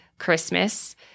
Christmas